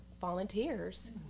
volunteers